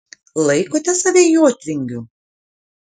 laikote save jotvingiu